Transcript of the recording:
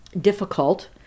difficult